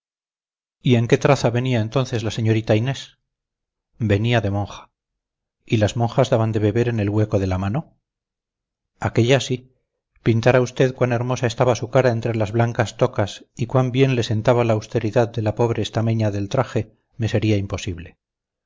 y en qué traza venía entonces la señorita inés venía de monja y las monjas daban de beber en el hueco de la mano aquélla sí pintar a usted cuán hermosa estaba su cara entre las blancas tocas y cuán bien le sentaba la austeridad de la pobre estameña del traje me sería imposible